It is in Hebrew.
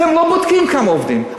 אתם לא בודקים כמה עובדים,